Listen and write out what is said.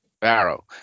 Barrow